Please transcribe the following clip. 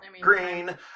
green